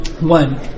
one